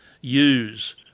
Use